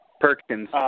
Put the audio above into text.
Perkins